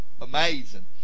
amazing